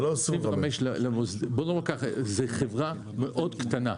זה לא 25. זאת חברה מאוד קטנה,